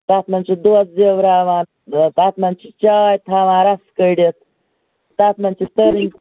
تَتھ منٛز چھِ دۄد زیٚوٕراوان اور تَتھ منٛز چھِ چاے تھاوان رَسہٕ کٔڈِتھ تَتھ منٛز چھِ سٲرٕے